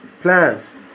plans